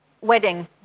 wedding